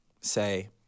say